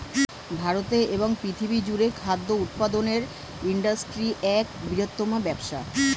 ভারতে এবং পৃথিবী জুড়ে খাদ্য উৎপাদনের ইন্ডাস্ট্রি এক বৃহত্তম ব্যবসা